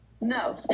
no